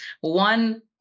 One